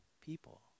people